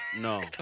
No